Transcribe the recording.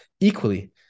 equally